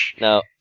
No